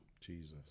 Jesus